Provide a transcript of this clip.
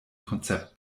konzept